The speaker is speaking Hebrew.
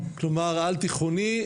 כלומר על תיכוני,